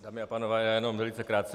Dámy a pánové, jenom velice krátce.